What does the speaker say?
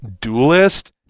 duelist